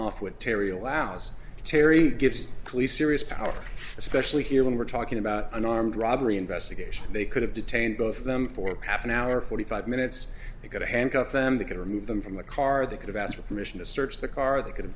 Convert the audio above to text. off what terry allows terry gives police serious power especially here when we're talking about an armed robbery investigation they could have detained both of them for half an hour forty five minutes to get to handcuff them they could remove them from the car they could have asked for permission to search the car they could